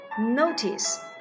notice